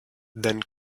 than